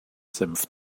senf